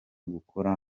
gukora